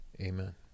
Amen